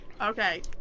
Okay